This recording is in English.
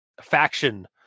faction